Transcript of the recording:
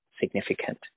significant